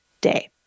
day